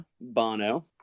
Bono